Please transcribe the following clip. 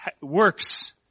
works